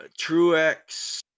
Truex